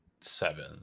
seven